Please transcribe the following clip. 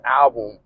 album